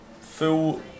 full